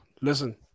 listen